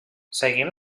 seguint